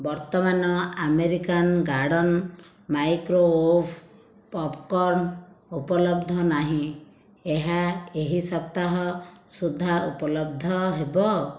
ବର୍ତ୍ତମାନ American Garden microwave popcorn ଉପଲବ୍ଧ ନାହିଁ ଏହା ଏହି ସପ୍ତାହ ସୁଦ୍ଧା ଉପଲବ୍ଧ ହେବ